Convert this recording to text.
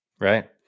Right